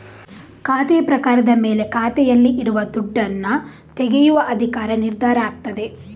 ಖಾತೆಯ ಪ್ರಕಾರದ ಮೇಲೆ ಖಾತೆಯಲ್ಲಿ ಇರುವ ದುಡ್ಡನ್ನ ತೆಗೆಯುವ ಅಧಿಕಾರ ನಿರ್ಧಾರ ಆಗ್ತದೆ